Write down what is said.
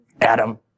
Adam